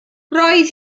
roedd